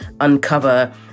uncover